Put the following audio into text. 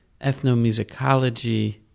ethnomusicology